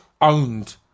owned